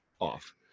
off